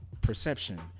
perception